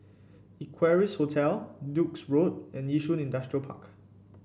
Equarius Hotel Duke's Road and Yishun Industrial Park